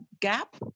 gap